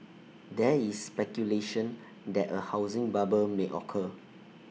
there is speculation that A housing bubble may occur